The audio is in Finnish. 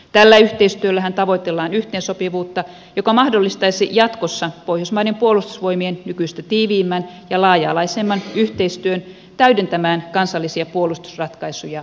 tällä yhteistyöllähän tavoitellaan yhteensopivuutta joka mahdollistaisi jatkossa pohjoismaiden puolustusvoimien nykyistä tiiviimmän ja laaja alaisemman yhteistyön täydentämään kansallisia puolustusratkaisuja ja suorituskykyä